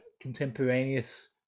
contemporaneous